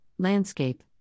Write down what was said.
landscape